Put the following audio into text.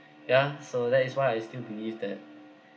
yeah so that is why I still believe that